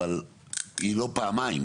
אבל היא לא פעמיים.